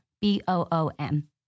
B-O-O-M